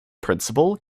principle